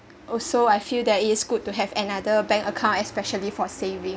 also I feel that it's good to have another bank account especially for saving